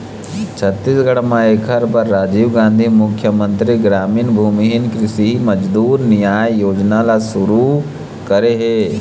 छत्तीसगढ़ म एखर बर राजीव गांधी मुख्यमंतरी गरामीन भूमिहीन कृषि मजदूर नियाय योजना ल सुरू करे हे